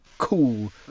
cool